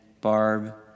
Barb